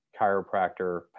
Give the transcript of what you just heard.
chiropractor